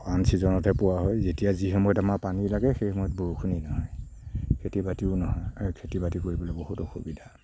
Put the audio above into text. আন চীজনতহে পোৱা হয় যেতিয়া যি সময়ত আমাক পানী লাগে সেই সময়ত বৰষুণেই নহয় খেতি বাতিও নহয় আৰু খেতি বাতি কৰিবলৈ বহুত অসুবিধা